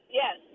yes